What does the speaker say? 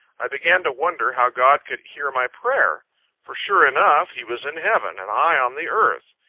i began to wonder how god could hear my prayer for, sure enough, he was in heaven, and i on the earth.